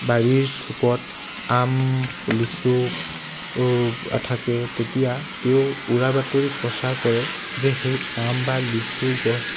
বাৰীৰ চুকত আম লিচু ও থাকে তেতিয়া তেওঁ উৰা বাতৰি প্ৰচাৰ কৰে যে সেই আম বা লিচু গছ